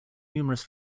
numerous